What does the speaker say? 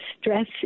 stress